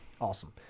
awesome